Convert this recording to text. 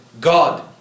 God